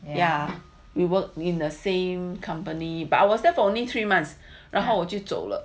ya we work in the same company but I was there for only three months 然后我就走了